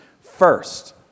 First